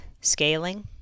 scaling